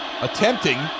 Attempting